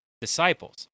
disciples